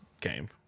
game